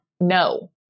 no